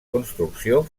construcció